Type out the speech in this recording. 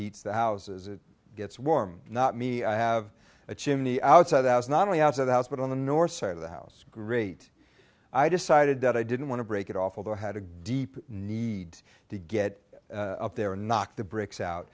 heats the houses it gets warm not me i have a chimney outside thousand not only out of the house but on the north side of the house great i decided that i didn't want to break it off although i had a good deep need to get up there or knock the bricks out